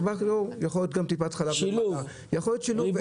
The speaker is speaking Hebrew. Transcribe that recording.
יכול להיות גם טיפת חלב, יכול להיות שילוב.